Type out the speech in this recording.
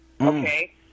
Okay